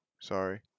Sorry